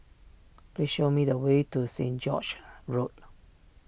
please show me the way to Saint George's Road